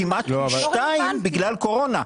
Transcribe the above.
תוספת ענקית כמעט פי 2 בגלל קורונה.